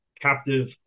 captive